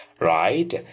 right